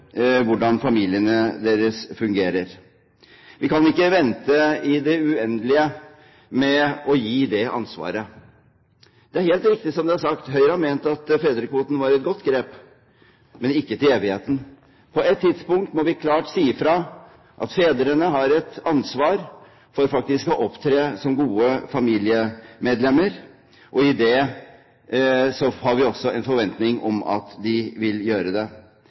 hvordan familien deres fungerer. Vi kan ikke vente i det uendelige med å gi det ansvaret. Det er helt riktig som det er sagt: Høyre har ment at fedrekvoten var et godt grep, men ikke i evighet. På et tidspunkt må vi klart si fra at fedrene faktisk har et ansvar for å opptre som gode familiemedlemmer, og i det har vi også en forventning om at de vil gjøre det.